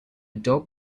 dog